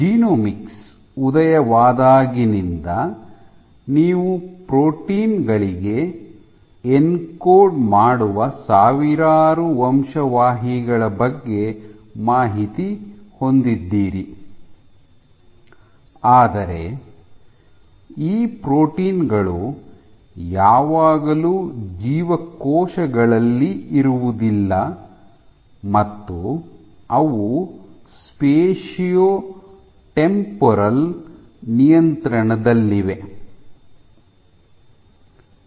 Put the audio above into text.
genomics ಉದಯವಾದಾಗಿನಿಂದ ನೀವು protein ಗಳಿಗೆ ಎನ್ಕೋಡ್ ಮಾಡುವ ಸಾವಿರಾರು ವಂಶವಾಹಿಗಳ ಬಗ್ಗೆ ಮಾಹಿತಿ ಹೊಂದಿದ್ದೀರಿ ಆದರೆ ಈ ಪ್ರೋಟೀನ್ ಗಳು ಯಾವಾಗಲೂ ಜೀವಕೋಶಗಳಲ್ಲಿ ಇರುವುದಿಲ್ಲ ಮತ್ತು ಅವು ಸ್ಪೇಸಿಯೊ ಟೆಂಪರಲ್ ನಿಯಂತ್ರಣದಲ್ಲಿವೆ